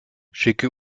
schicke